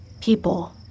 people